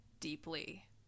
deeply